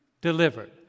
delivered